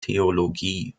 theologie